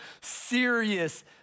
serious